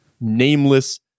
nameless